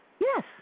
Yes